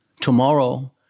tomorrow